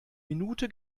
minute